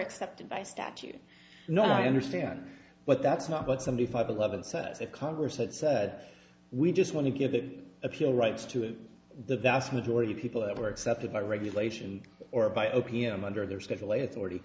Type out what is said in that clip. accepted by statute no i understand but that's not what somebody five eleven says a congress that said we just want to get the appeal rights to the vast majority of people that were accepted by regulation or by opium under their schedule a